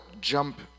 jump